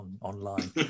online